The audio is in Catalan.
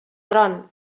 tron